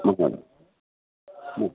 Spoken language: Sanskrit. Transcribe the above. महोदय ह्म्